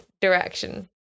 direction